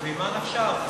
אז ממה נפשך?